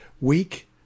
weak